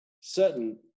certain